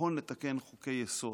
נכון לתקן חוקי-יסוד.